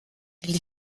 elle